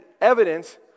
evidence